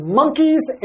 monkeys